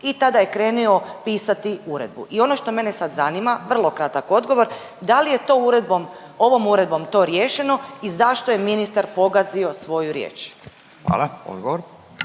I tada je krenuo pisati uredbu. I ono što mene sad zanima, vrlo kratak odgovor da li je to uredbom, ovom uredbom to riješeno i zašto je ministar pogazio svoju riječ? **Radin,